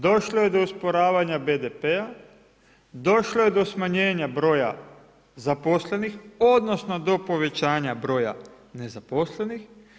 Došlo je do usporavanja BDP-a, došlo je do smanjenja broja zaposlenih odnosno do povećanja broja nezaposlenih.